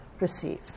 receive